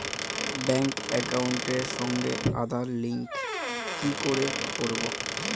Bank একাউন্টের সঙ্গে Aadhaar link কি করে করবো?